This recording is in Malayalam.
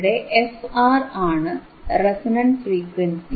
ഇവിടെ fR ആണ് റെസണന്റ് ഫ്രീക്വൻസി